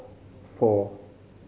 four